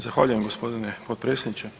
Zahvaljujem gospodine potpredsjedniče.